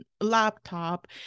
laptop